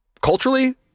Culturally